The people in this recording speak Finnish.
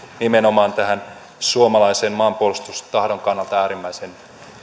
nimenomaan tähän suomalaisen maanpuolustustahdon kannalta äärimmäisen